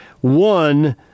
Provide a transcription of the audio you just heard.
One